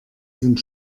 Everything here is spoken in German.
sind